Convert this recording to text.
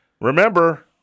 remember